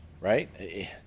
right